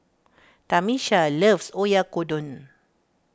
Tamisha loves Oyakodon